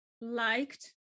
liked